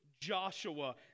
Joshua